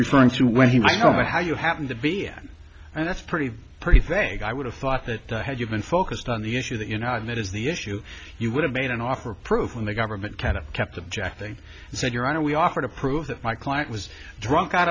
referring to when he my home or how you happen to be and it's pretty pretty thank i would have thought that had you been focused on the issue that you know that is the issue you would have made an offer proof when the government kind of kept objecting and said your honor we offer to prove that my client was drunk out